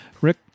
Rick